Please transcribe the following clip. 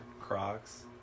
Crocs